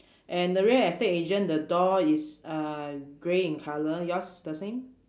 and the real estate agent the door is uh grey in colour yours the same